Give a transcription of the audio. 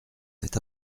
cet